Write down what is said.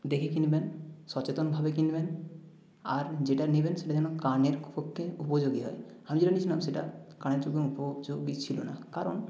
দেখে কিনবেন সচেতনভাবে কিনবেন আর যেটা নিবেন সেটা যেন কানের পক্ষে উপযোগী হয় আমি যেটা কিনেছিলাম সেটা কানের জন্য উপযোগী ছিলো না কারণ